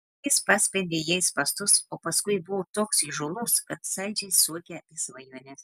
jis paspendė jai spąstus o paskui buvo toks įžūlus kad saldžiai suokė apie svajones